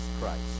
Christ